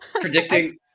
predicting